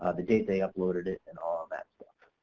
ah the date they uploaded it and all of that stuff.